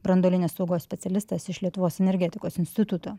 branduolinės saugos specialistas iš lietuvos energetikos instituto